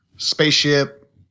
spaceship